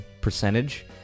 percentage